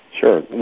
Sure